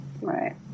right